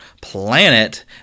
planet